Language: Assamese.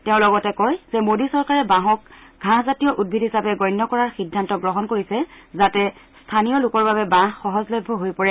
তেওঁ লগতে কয় যে মোদী চৰকাৰে বাঁহক ঘাঁহজাতীয় উদ্ভিদ হিচাপে গণ্য কৰাৰ সিদ্ধান্ত গ্ৰহণ কৰিছে যাতে স্থানীয় লোকৰ বাবে বাঁহ সহজলভ্য হৈ পৰে